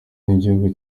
n’igihugu